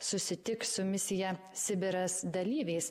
susitiks su misija sibiras dalyviais